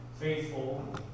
Faithful